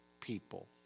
people